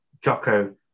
Jocko